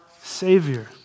Savior